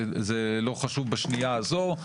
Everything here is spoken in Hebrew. זה לא חשוב בשנייה הזאת.